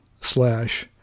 slash